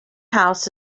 house